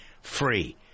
free